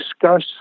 discuss